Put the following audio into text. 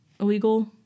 illegal